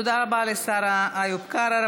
תודה רבה לשר איוב קרא.